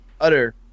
utter